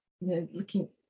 looking